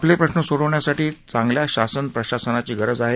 आपले प्रश्न सोडविण्यासाठी चांधल्या शासन प्रशासनाची धरज आहे